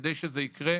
כדי שזה יקרה,